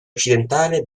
occidentale